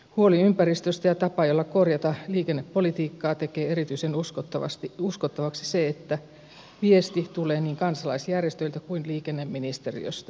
huolen ympäristöstä ja tavan jolla korjata liikennepolitiikkaa tekee erityisen uskottavaksi se että viesti tulee niin kansalaisjärjestöiltä kuin liikenneministeriöstä